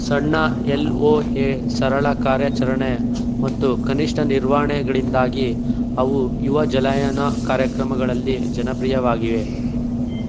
ಸಣ್ಣ ಎಲ್ ಒ ಹೆ ಸರಳ ಕಾರ್ಯಾಚರಣೆ ಮತ್ತು ಕನಿಷ್ಠ ನಿರ್ವಹಣೆಗಳಿಂದಾಗಿ ಅವು ಯುವ ಜಲಯಾನ ಕಾರ್ಯಕ್ರಮಗಳಲ್ಲಿ ಜನಪ್ರಿಯವಾಗಿವೆ